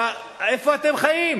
איפה אתם חיים?